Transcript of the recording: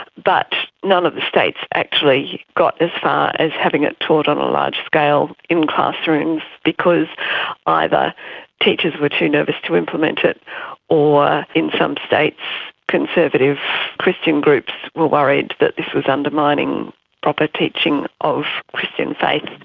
but none of the states actually got as far as having it taught on a large scale in classrooms because either teachers were too nervous to implement it or in some states conservative christian groups were worried that this was undermining proper teaching of christian faith.